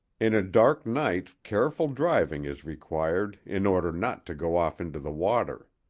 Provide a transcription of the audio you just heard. in a dark night careful driving is required in order not to go off into the water.